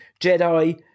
Jedi